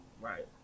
right